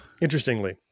Interestingly